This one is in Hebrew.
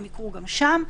הם יקרו גם שם,